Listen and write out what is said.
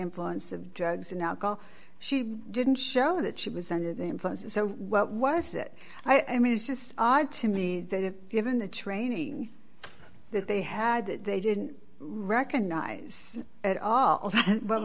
influence of drugs and alcohol she didn't show that she was under the influence and so what was it i mean it's just odd to me that if given the training that they had that they didn't recognize at all w